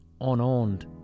unowned